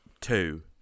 two